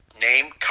name